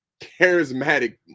Charismatic